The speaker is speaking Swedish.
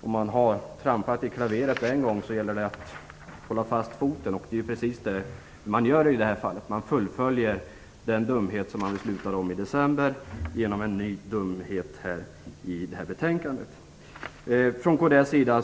om man har trampat i klaveret en gång, gäller det att hålla fast foten, och det är precis det som man gör i det här fallet. Man fullföljer den dumhet som man beslutade om i december med en ny dumhet i det betänkande som vi nu behandlar.